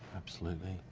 absolutely.